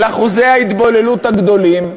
על אחוזי ההתבוללות הגדולים,